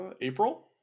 April